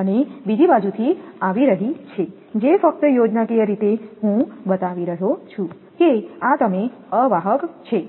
અને બીજી બાજુથી આવી રહી છે જે ફક્ત યોજનાકીય રીતે હું બતાવી રહ્યો છું કે આ તમે અવાહક છો